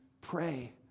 Pray